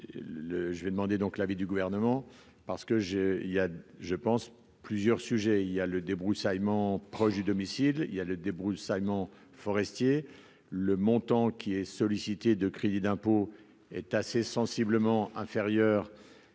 je vais demander donc l'avis du gouvernement, parce que j'ai, il y a je pense plusieurs sujets, il y a le débroussaillement proche du domicile il y a le débroussaillement forestier le montant qui est sollicité de crédit d'impôt est assez sensiblement inférieur, par exemple,